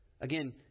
Again